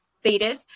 faded